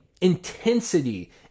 intensity